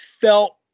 felt